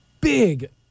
big